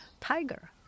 Tiger